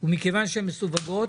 ומכיוון שהן מסווגות